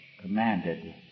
commanded